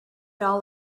all